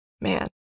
man